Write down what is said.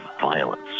violence